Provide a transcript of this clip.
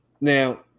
Now